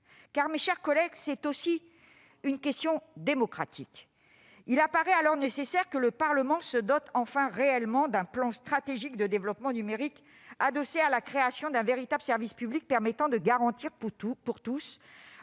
Car, mes chers collègues, c'est aussi une question démocratique ! Il apparaît nécessaire que le Parlement se dote enfin réellement d'un plan stratégique de développement numérique adossé à la création d'un véritable service public permettant de garantir le droit